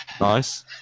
nice